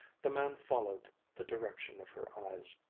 the man followed the direction of her eyes.